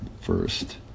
first